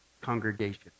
congregation